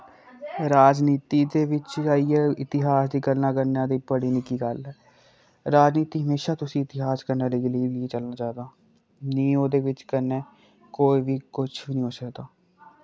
राजनीती दे बिच जाइयै इतिहास दी गल्लां करना ते बड़ी निक्की गल्ल ऐ राजनीती हमेशा तुसी इतिहास कन्नै लेइयै लेइयै चलना चाहिदा निं ओह्दे बिच कन्नै कोई वी कुछ वी निं होई सकदा